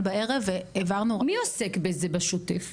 בערב והעברנו --- מי עוסק בזה בשוטף?